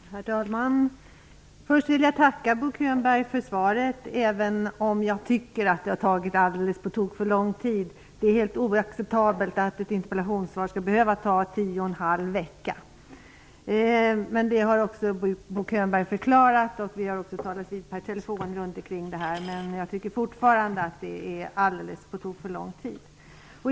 Herr talman! Först vill jag tacka Bo Könberg för svaret, även om jag tycker att det har tagit på tok för lång tid. Det är oacceptabelt att ett interpellationssvar skall behöva dröja tio och en halv vecka. Bo Könberg har dock förklarat detta, och vi har också talats vid per telefon. Men jag tycker fortfarande att det har gått alldeles för lång tid.